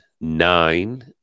nine